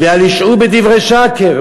"ואל ישעו בדברי שקר".